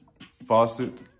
Faucet